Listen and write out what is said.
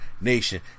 nation